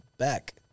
back